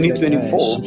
2024